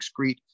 excrete